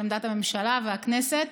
על עמדת הממשלה והכנסת.